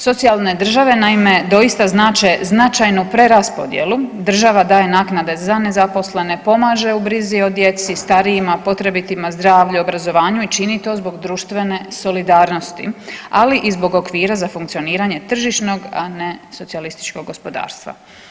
Socijalne države naime doista znače značajnu preraspodjelu, država daje naknade za nezaposlene, pomaže u brizi o djeci, starijima, potrebitima, zdravlju, obrazovanju i čini to zbog društvene solidarnosti, ali i zbog okvira za funkcioniranje tržišnog, a ne socijalističkog gospodarstva.